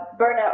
burnout